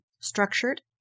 structured